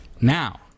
Now